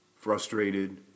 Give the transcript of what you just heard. frustrated